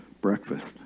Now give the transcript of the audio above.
breakfast